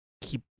keep